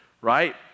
right